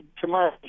Tomorrow